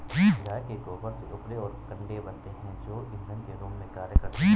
गाय के गोबर से उपले और कंडे बनते हैं जो इंधन के रूप में कार्य करते हैं